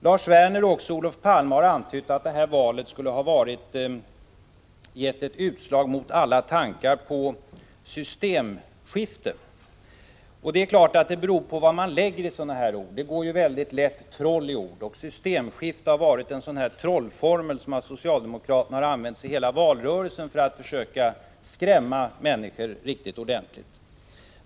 Lars Werner och Olof Palme har antytt att valet skulle ha givit ett utslag mot alla tankar på systemskifte. Det beror naturligtvis på vad man lägger i ett sådant ord. Det går lätt troll i ord, och systemskifte har varit ett slags trollformel som socialdemokraterna har använt sig av i hela valrörelsen för att försöka skrämma människor riktigt ordentligt.